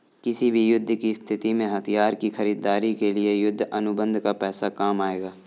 किसी भी युद्ध की स्थिति में हथियार की खरीदारी के लिए युद्ध अनुबंध का पैसा काम आएगा